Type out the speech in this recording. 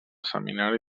seminari